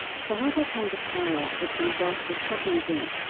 suharto came to power as the result of shocking event,